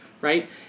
right